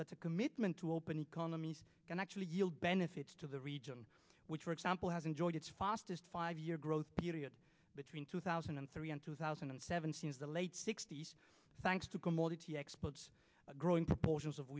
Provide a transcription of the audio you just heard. that's a commitment to open economies can actually yield benefits to the region which for example has enjoyed its fastest five year growth period between two thousand and three and two thousand and seven since the late sixty's thanks to commodity exports a growing proportions of